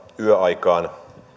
yöaikaan